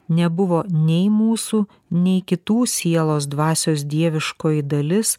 nebuvo nei mūsų nei kitų sielos dvasios dieviškoji dalis